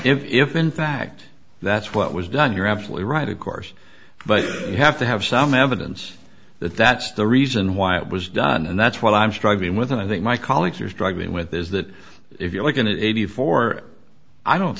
strike if in fact that's what was done you're absolutely right of course but you have to have some evidence that that's the reason why it was done and that's what i'm struggling with and i think my colleagues are struggling with is that if you're looking at eighty four i don't